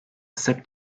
sırp